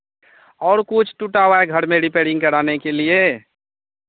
और कुछ टूटा हुआ है घर में रिपेयरिंग कराने के लिए